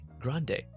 Grande